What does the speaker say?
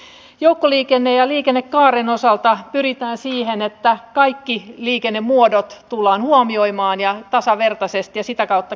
joukkoliikenteen ja liikennekaaren osalta pyritään siihen että kaikki liikennemuodot tullaan huomioimaan tasavertaisesti ja sitä kautta kehitellään